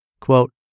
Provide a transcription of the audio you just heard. Quote